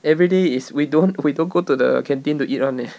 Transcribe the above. everyday is we don't we don't go to the canteen to eat [one] leh